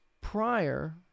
prior